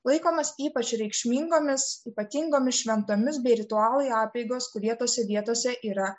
laikomas ypač reikšmingomis ypatingomis šventomis bei ritualai apeigos kurie tose vietose yra